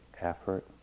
effort